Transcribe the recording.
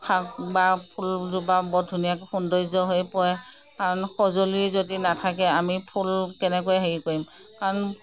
শাক বা ফুলজোপা বৰ ধুনীয়াকৈ সৌন্দৰ্য্য হৈ পৰে কাৰণ সঁজুলি যদি নাথাকে আমি ফুল কেনেকৈ হেৰি কৰিম কাৰণ